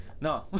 no